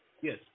Yes